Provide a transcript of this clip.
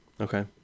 Okay